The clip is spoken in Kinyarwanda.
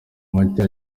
macye